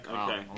Okay